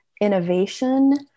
innovation